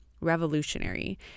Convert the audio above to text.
revolutionary